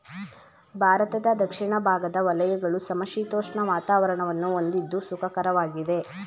ಭಾರತದ ದಕ್ಷಿಣ ಭಾಗದ ವಲಯಗಳು ಸಮಶೀತೋಷ್ಣ ವಾತಾವರಣವನ್ನು ಹೊಂದಿದ್ದು ಸುಖಕರವಾಗಿದೆ